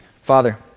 Father